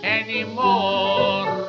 anymore